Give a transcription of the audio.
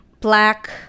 black